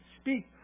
speak